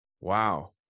Wow